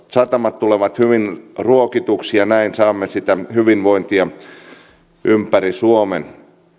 satamat tulevat hyvin ruokituiksi ja näin saamme sitä hyvinvointia ympäri suomen